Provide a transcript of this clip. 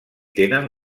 tenen